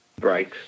Right